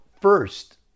first